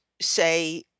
say